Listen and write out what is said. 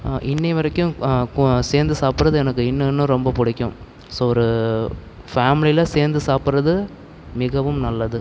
இன்றைய வரைக்கும் சேர்ந்து சாப்பிடுறது எனக்கு இன்னும் இன்னும் ரொம்ப பிடிக்கும் ஸோ ஒரு ஃபேமலியில் சேர்ந்து சாப்பிடுறது மிகவும் நல்லது